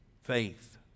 faith